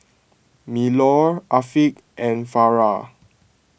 Melur Afiq and Farah